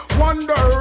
wonder